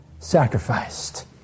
Sacrificed